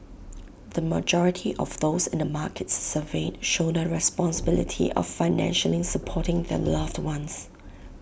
the majority of those in the markets surveyed shoulder the responsibility of financially supporting their loved ones